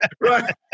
Right